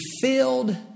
filled